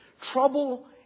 Trouble